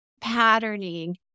patterning